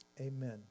amen